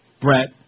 Brett